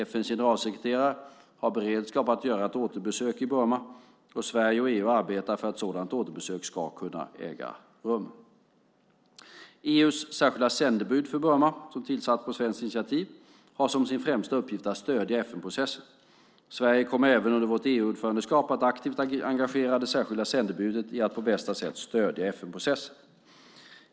FN:s generalsekreterare har beredskap för att göra ett återbesök i Burma, och Sverige och EU arbetar för att ett sådant återbesök ska kunna äga rum. EU:s särskilda sändebud för Burma, som tillsatts på svenskt initiativ, har som sin främsta uppgift att stödja FN-processen. Sverige kommer även under vårt EU-ordförandeskap att aktivt engagera det särskilda sändebudet i att på bästa sätt stödja FN-processen.